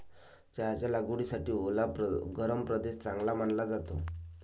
चहाच्या लागवडीसाठी ओला गरम प्रदेश चांगला मानला जातो